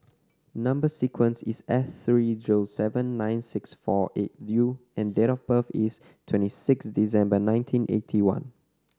number sequence is S three zero seven nine six four eight U and date of birth is twenty six December nineteen eighty one